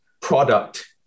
product